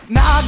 Now